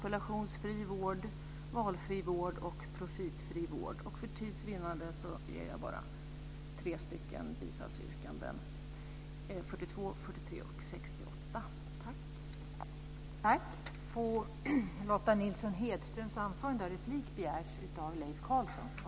Jag står naturligtvis bakom samtliga våra reservationer, men som jag tidigare nämnt yrkar jag bifall endast till reservationerna nr 8 och 49.